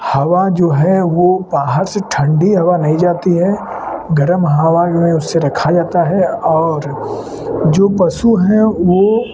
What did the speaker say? हवा जो है वह बाहर से ठंडी हवा नहीं जाती है गर्म हवा में उसे रखा जाता है और जो पशु है वे